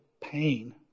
pain